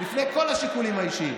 לפני כל השיקולים האישיים.